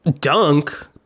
Dunk